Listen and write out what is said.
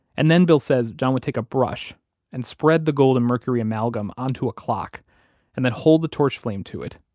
and then bill says john would take a brush and spread the gold and mercury amalgam onto a clock and then hold the torch flame to it,